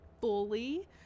fully